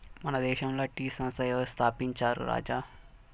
మన దేశంల టీ సంస్థ ఎవరు స్థాపించారు రాజా